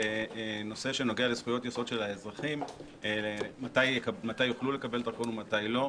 בנושא שנוגע לזכויות יסוד של האזרחים מתי יוכלו לקבל דרכון ומתי לא.